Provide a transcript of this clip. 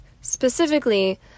Specifically